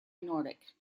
nordic